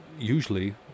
usually